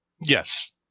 yes